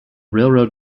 railroad